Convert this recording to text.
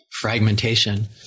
fragmentation